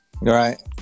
Right